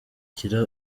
bigira